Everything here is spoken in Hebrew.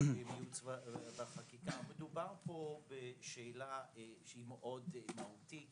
מדובר פה בשאלה שהיא מאוד מהותית